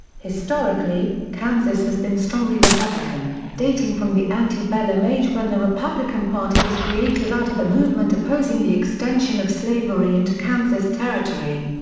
historically kansas has been strongly republican, dating from the antebellum age when the republican party was created out of the movement opposing the extension of slavery into kansas territory.